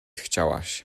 chciałaś